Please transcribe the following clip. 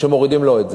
שמורידים לו את זה?